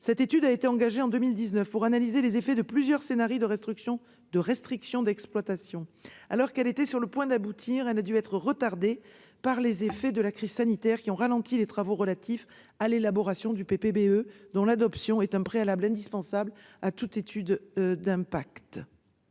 Cette étude a été engagée en 2019 pour analyser les effets de plusieurs scénarii de restrictions d'exploitation. Alors qu'elle était sur le point d'aboutir, elle a dû être retardée en raison des effets de la crise sanitaire qui ont ralenti les travaux relatifs à l'élaboration du PPBE, dont l'adoption est un préalable indispensable à toute étude d'impact.